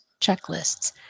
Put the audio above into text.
checklists